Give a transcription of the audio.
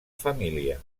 família